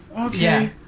Okay